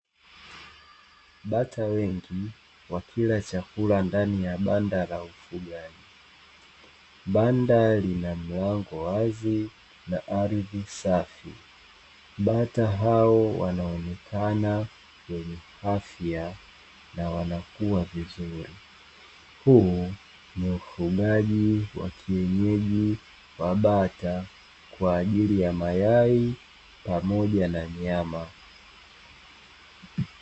Bata wengi wakila chakula ndani ya banda la ufugaji, banda lina mlango wazi na ardhi safi, bata hao wanaoonekana wenye afya na wanakuwa vizuri. Huu ni ufugaji wa bata kwa ajili ya mayai pamoja na nyama